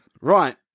Right